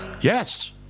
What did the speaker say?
yes